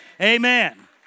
Amen